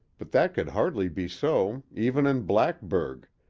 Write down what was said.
but that could hardly be so, even in blackburg,